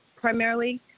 primarily